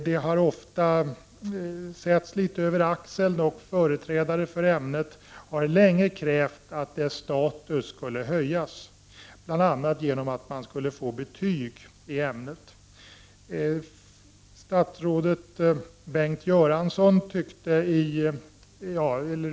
Det har ofta setts litet över axeln, och företrädare för ämnet har länge krävt att ämnets status skall höjas, bl.a. genom att eleverna skall få betyg i ämnet.